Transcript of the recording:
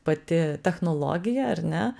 pati technologija ar ne